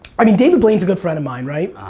i mean, david blaine's a good friend of mine, right?